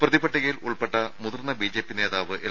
പ്രതിപ്പട്ടികയിൽ ഉൾപ്പെട്ട മുതിർന്ന ബിജെപി നേതാവ് എൽ